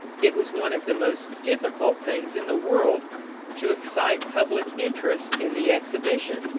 it was one of the most difficult things in the world to excite public interest in the exhibition.